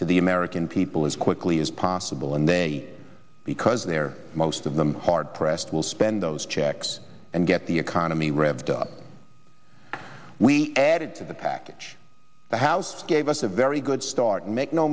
to the american people as quickly as possible and they because they're most of them hard pressed will spend those checks and get the economy revved up we added to the package the house gave us a very good start and make no